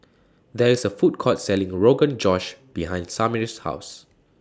There IS A Food Court Selling Rogan Josh behind Samir's House